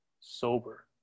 sober